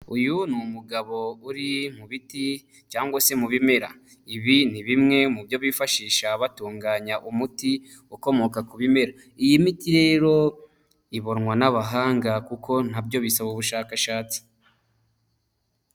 Uyu ni umugabo uri mu biti cyangwa se mu bimera. Ibi ni bimwe mu byo bifashisha batunganya umuti ukomoka ku bimera. Iyi miti rero ibonwa n'abahanga, kuko na byo bisaba ubushakashatsi.